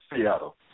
Seattle